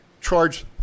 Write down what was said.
charge